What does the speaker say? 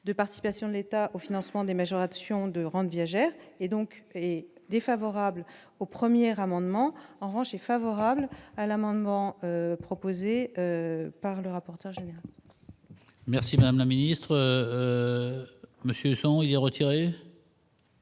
de participations de l'État au financement des majorations de rente viagère et donc est défavorable aux premières amendement revanche favorable à l'amendement proposé par le rapporteur général. Merci madame la ministre Monsieur sont il est retiré.